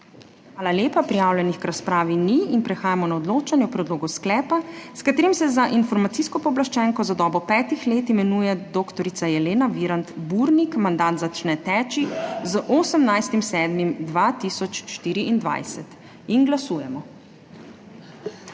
Hvala lepa. Prijavljenih k razpravi ni. Prehajamo na odločanje o predlogu sklepa, s katerim se za informacijsko pooblaščenko za dobo petih let imenuje dr. Jelena Virant Burnik. Mandat začne teči z 18. 7. 2024. Glasujemo.